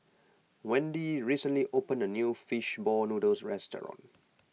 Wende recently opened a new Fish Ball Noodles Restaurant